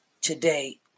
today